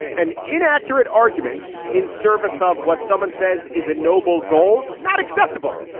an inaccurate argument in service of what someone says is a noble goal, not acceptable.